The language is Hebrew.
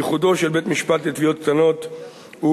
ייחודו של בית-משפט לתביעות קטנות הוא